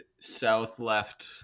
south-left